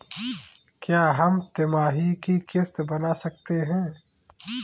क्या हम तिमाही की किस्त बना सकते हैं?